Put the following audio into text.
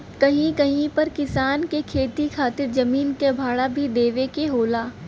कहीं कहीं पर किसान के खेती खातिर जमीन क भाड़ा भी देवे के होला